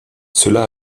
cela